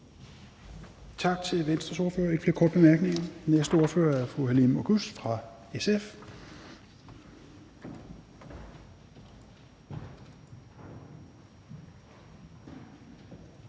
Tak til Venstres ordfører. Der er ikke flere korte bemærkninger. Næste ordfører er fru Halime Oguz fra SF.